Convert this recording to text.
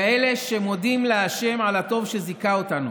כאלה שמודים לשם על הטוב שזיכה אותנו